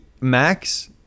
Max